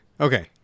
Okay